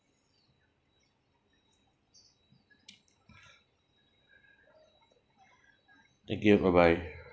thank you bye bye